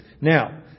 Now